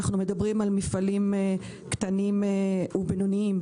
אנו מדברים על מפעלים קטנים ובינוניים.